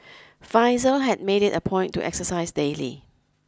Faizal had made it a point to exercise daily